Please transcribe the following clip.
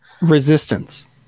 Resistance